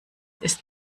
ist